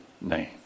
name